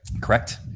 Correct